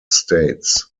states